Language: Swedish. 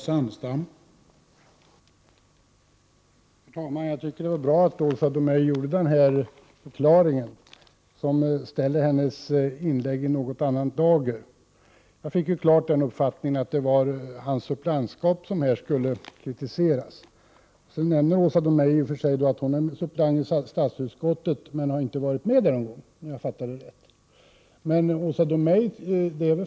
Herr talman! Det var bra att Åsa Domeij kom med den här förklaringen, som ställer hennes inlägg i något annan dager. Jag fick klart den uppfattningen att det var Anders Castbergers suppleantskap som skulle kritiseras. Åsa Domeij nämnde att hon är suppleant i skatteutskottet men inte har varit med där någon gång, om jag fattade det rätt.